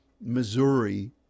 Missouri